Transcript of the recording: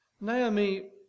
Naomi